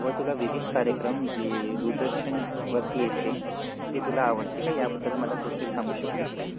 व तुला विविध कार्यक्रम जे दूरदर्शनवरती येते ते तुला आवडते का याबद्दल मला थोडक्यात सांगू शकतेस काय